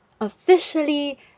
officially